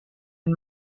and